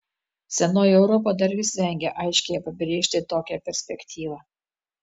senoji europa dar vis vengia aiškiai apibrėžti tokią perspektyvą